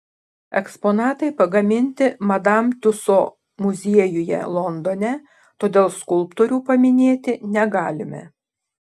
eksponatai pagaminti madam tiuso muziejuje londone todėl skulptorių paminėti negalime